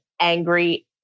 angry